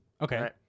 Okay